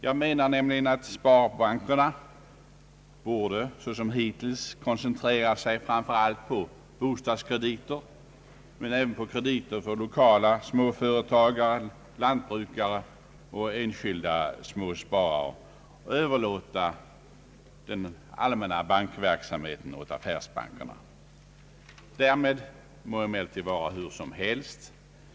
Jag menar nämligen att sparbankerna såsom hittills framför allt borde koncentrera sig på bostadskrediter samt krediter för 1lokala småföretagare, lantbrukare och enskilda småsparare men överlåta den allmänna bankverksamheten åt affärsbankerna. Därmed må emellertid vara hur som helst.